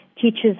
teaches